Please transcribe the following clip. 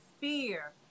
fear